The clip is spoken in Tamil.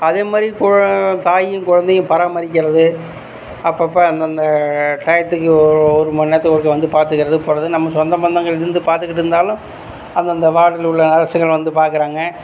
அதே மாதிரி குழ தாயும் குழந்தையும் பராமரிக்கறது அப்பப்ப அந்தந்த டையத்துக்கு ஒரு மணி நேரத்துக்கு ஒருத்தவங்க வந்து பார்த்துக்கறது போறது நம்ம சொந்த பந்தங்கள் இருந்து பார்த்துகிட்டு இருந்தாலும் அந்தந்த வார்டில் உள்ள நர்ஸ்ஸுங்களும் வந்து பார்க்கறாங்க